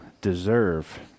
deserve